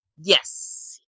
yes